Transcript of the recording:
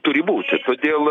turi būti todėl